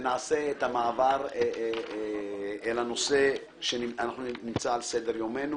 נעשה את המעבר אל הנושא שנמצא על סדר יומנו